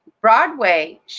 Broadway